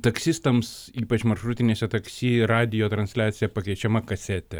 taksistams ypač maršrutiniuose taksi radijo transliacija pakeičiama kasete